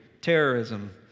terrorism